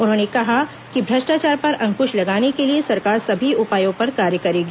उन्होंने कहा कि भ्रष्टाचार पर अंकृश लगाने के लिए सरकार सभी उपायों पर कार्य करेगी